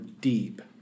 deep